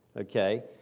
okay